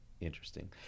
interesting